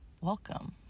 welcome